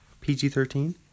PG-13